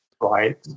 Right